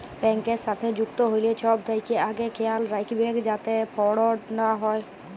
ব্যাংকের সাথে যুক্ত হ্যলে ছব থ্যাকে আগে খেয়াল রাইখবেক যাতে ফরড লা হ্যয়